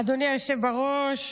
אדוני היושב בראש,